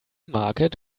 market